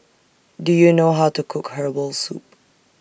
Do YOU know How to Cook Herbal Soup